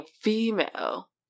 female